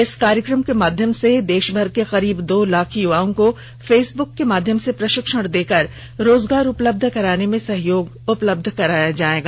इस कार्यकम के माध्यम से देषभर के करीब दो लाख युवाओं को फेसबुक के माध्यम से प्रषिक्षण देकर रोजगार उपलब्ध कराने में सहयोग उपलब्ध कराया जाएगा